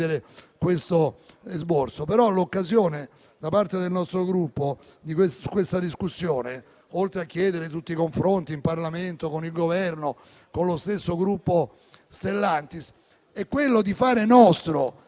questo esborso. L'occasione per il nostro Gruppo in questa discussione, oltre a chiedere tutti i confronti in Parlamento con il Governo e con lo stesso gruppo Stellantis, è però quella di fare nostro